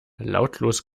lautlos